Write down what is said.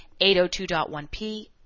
802.1P